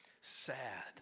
sad